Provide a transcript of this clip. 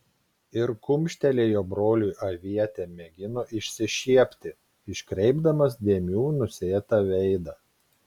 ir kumštelėjo broliui avietė mėgino išsišiepti iškreipdamas dėmių nusėtą veidą